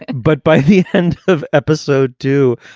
but by the end of episode two,